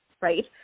right